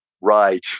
Right